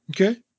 Okay